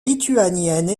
lituanienne